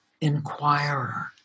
inquirer